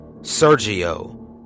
Sergio